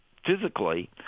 physically